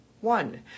one